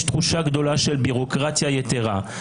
יש תחושה גדולה של בירוקרטיה יתרה.